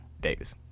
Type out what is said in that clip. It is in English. Davis